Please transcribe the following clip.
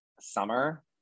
summer